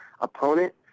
opponent